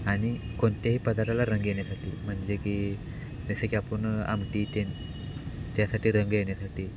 आणि कोणत्याही पदार्थाला रंग येण्यासाठी म्हणजे की जसे की आपण आमटी ते त्यासाठी रंग येण्यासाठी